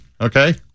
okay